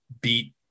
beat